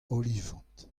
olifant